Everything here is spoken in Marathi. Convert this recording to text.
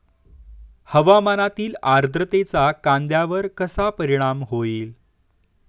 हवामानातील आर्द्रतेचा कांद्यावर कसा परिणाम होईल?